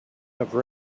have